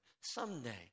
Someday